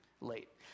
Late